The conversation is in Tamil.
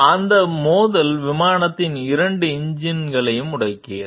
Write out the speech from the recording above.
அந்த மோதல் விமானத்தின் இரண்டு என்ஜின்களையும் முடக்கியது